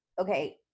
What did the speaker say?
okay